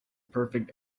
perfect